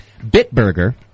Bitburger